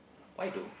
why though